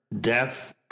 death